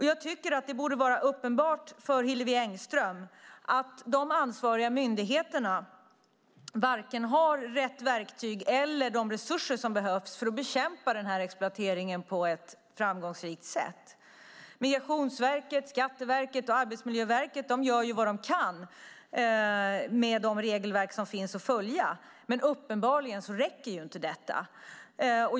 Jag tycker att det borde vara uppenbart för Hillevi Engström att de ansvariga myndigheterna varken har rätt verktyg eller de resurser som behövs för att bekämpa denna exploatering på ett framgångsrikt sätt. Migrationsverket, Skatteverket och Arbetsmiljöverket gör vad de kan med de regelverk som finns att följa, men det räcker uppenbarligen inte.